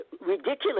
ridiculous